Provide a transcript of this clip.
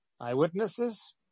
eyewitnesses